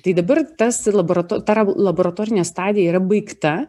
tai dabar tas laborator tar laboratorinė stadija yra baigta